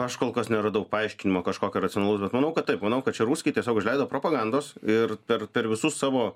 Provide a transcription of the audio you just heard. aš kol kas neradau paaiškinimo kažkokio racionalaus bet manau kad taip manau kad čia ruskiai tiesiog užleido propagandos ir per per visus savo